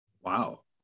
Wow